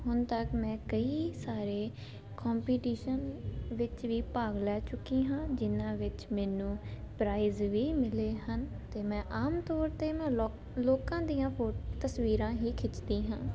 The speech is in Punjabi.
ਹੁਣ ਤੱਕ ਮੈਂ ਕਈ ਸਾਰੇ ਕੰਪੀਟੀਸ਼ਨ ਵਿੱਚ ਵੀ ਭਾਗ ਲੈ ਚੁੱਕੀ ਹਾਂ ਜਿਨ੍ਹਾਂ ਵਿੱਚ ਮੈਨੂੰ ਪ੍ਰਾਈਜ ਵੀ ਮਿਲੇ ਹਨ ਅਤੇ ਮੈਂ ਆਮ ਤੌਰ 'ਤੇ ਮੈਂ ਲੋ ਲੋਕਾਂ ਦੀਆਂ ਫੋਟ ਤਸਵੀਰਾਂ ਹੀ ਖਿੱਚਦੀ ਹਾਂ